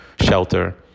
shelter